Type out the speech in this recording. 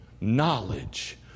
knowledge